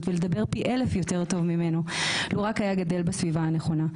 ולדבר פי אלף יותר טוב ממנו לו רק היה גדל בסביבה הנכונה,